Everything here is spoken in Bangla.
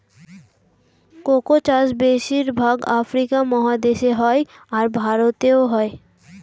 কোকো চাষ বেশির ভাগ আফ্রিকা মহাদেশে হয়, আর ভারতেও হয়